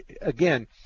Again